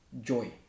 joy